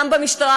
גם במשטרה,